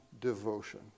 devotion